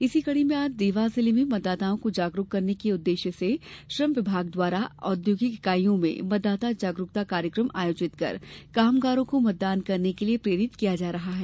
इसी कड़ी में आज देवास जिले में मतदाताओं को जागरूक करने के उद्देश्य से श्रम विभाग द्वारा औद्योगिक ईकाइयों में मतदाता जागरूकता कार्यक्रम आयोजित कर कामगारों को मतदान करने के लिये प्रेरित किया जा रहा है